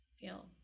feel